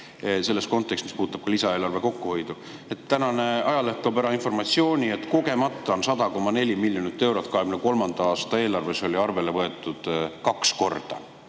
selles kontekstis puudutab ka lisaeelarve kokkuhoidu. Tänane ajaleht toob ära informatsiooni, et kogemata oli 100,4 miljonit eurot 2023. aasta eelarves arvele võetud kaks korda.